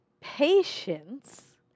patience